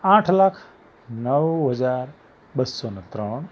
આઠ લાખ નવ હજાર બસો ને ત્રણ